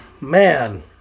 man